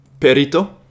Perito